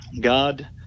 God